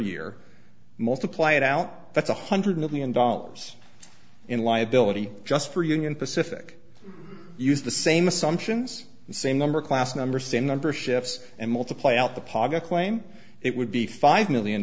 year multiply it out that's one hundred million dollars in liability just for union pacific used the same assumptions and same number class number same number shifts and multiply out the paga claim it would be five million